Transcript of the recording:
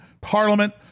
Parliament